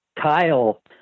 Kyle